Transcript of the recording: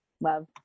love